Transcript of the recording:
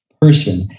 person